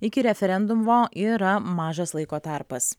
iki referendumo yra mažas laiko tarpas